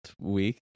week